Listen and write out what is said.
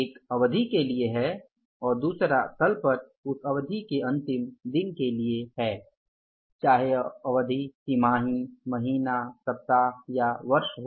एक अवधि के लिए है और दूसरा तल पट उस अवधि के अंतिम दिन के लिए है चाहे वह अवधि तिमाही महीना सप्ताह या वर्ष हो